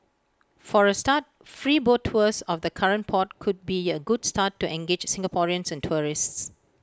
for A start free boat tours of the current port could be A good start to engage Singaporeans and tourists